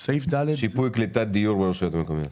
שיפוי קליטת דיור ברשויות המקומיות.